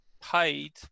paid